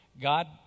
God